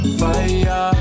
fire